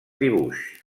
dibuix